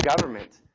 government